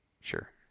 Sure